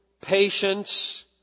patience